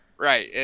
Right